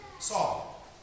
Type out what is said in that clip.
Saul